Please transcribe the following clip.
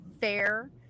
fair